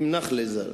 עם נח'לה ז"ל,